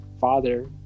father